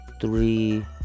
three